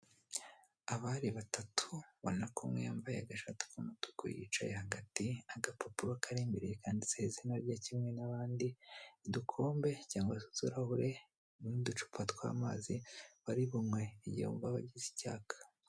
Abari batatu ubonako umwe yambaye agashati k'umutuku yicaye hagati n'agapapuro karemereye kandiditse izina rye kimwe n'abandi udukombe cyangwa se uturahure n'uducupa tw'amazi bari bunywe igihe bumva bagize icyaka.